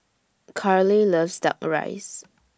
Carleigh loves Duck Rice